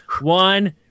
One